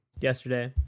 yesterday